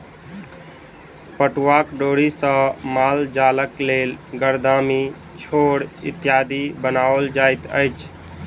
पटुआक डोरी सॅ मालजालक लेल गरदामी, छोड़ इत्यादि बनाओल जाइत अछि